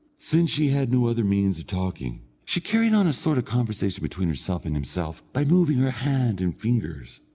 since she had no other means of talking, she carried on a sort of conversation between herself and himself, by moving her hand and fingers,